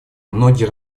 многие